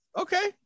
Okay